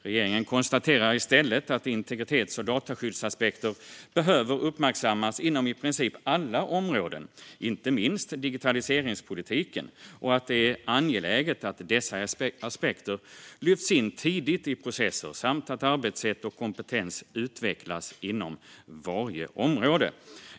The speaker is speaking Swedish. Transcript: Regeringen konstaterar i stället att integritets och dataskyddsaspekter behöver uppmärksammas inom i princip alla områden, inte minst digitaliseringspolitiken, och att det är angeläget att dessa aspekter lyfts in tidigt i processer samt att arbetssätt och kompetens utvecklas inom varje område.